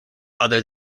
other